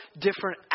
different